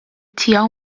tiegħu